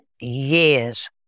years